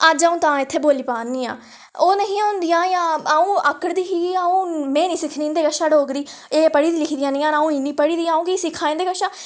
अज्ज अ'ऊं तां इत्थै बोल्ली पा निं हा ओह् निं ही होंदियां जां अ'ऊं आकड़ दी ही कि में निं सिक्खनी इं'दे शा डोगरी एह् पढ़ी लिखी दी निं ऐ न अ'ऊं इन्नी पढ़ी दियां अ'ऊं कि सिक्खां इं'दे शा